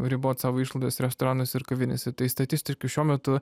ribot savo išlaidas restoranuose ir kavinėse tai statistiškai šiuo metu